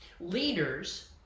Leaders